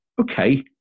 okay